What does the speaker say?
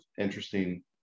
interesting